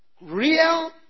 Real